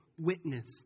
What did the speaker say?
witness